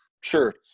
sure